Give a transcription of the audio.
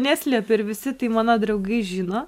neslėpiu ir visi tai mano draugai žino